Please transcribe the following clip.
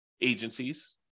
agencies